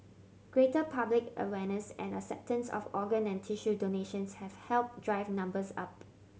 greater public awareness and acceptance of organ and tissue donations have helped drive numbers up